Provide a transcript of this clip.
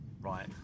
right